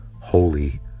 holy